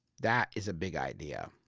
that is a big idea.